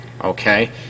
okay